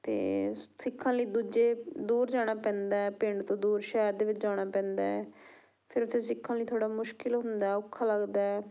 ਉਂਤੇ ਸਿੱਖਣ ਲਈ ਦੂਜੇ ਦੂਰ ਜਾਣਾ ਪੈਂਦਾ ਪਿੰਡ ਤੋਂ ਦੂਰ ਸ਼ਹਿਰ ਦੇ ਵਿੱਚ ਜਾਣਾ ਪੈਂਦਾ ਫਿਰ ਉੱਥੇ ਸਿੱਖਣ ਲਈ ਥੋੜ੍ਹਾ ਮੁਸ਼ਕਿਲ ਹੁੰਦਾ ਔਖਾ ਲੱਗਦਾ